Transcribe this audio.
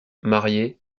marié